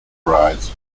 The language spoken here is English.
prizes